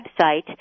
website